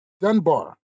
Dunbar